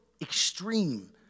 extreme